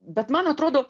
bet man atrodo